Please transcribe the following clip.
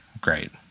great